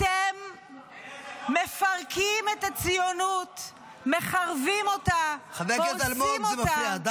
אתם מפרקים את הציונות, מחרבים אותה, דורסים אותה.